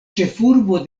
ĉefurbo